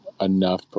enough